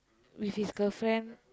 with his girlfriend